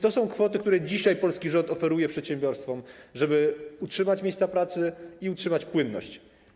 To są kwoty, które dzisiaj polski rząd oferuje przedsiębiorstwom, żeby utrzymać miejsca pracy i utrzymać płynność.